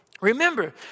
Remember